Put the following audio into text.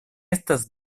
estas